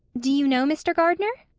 do you know mr. gardner?